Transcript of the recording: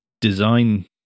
design